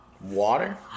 Water